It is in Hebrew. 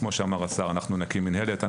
כמו שאמר השר אנחנו נקים מינהלת.